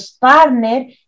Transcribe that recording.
partner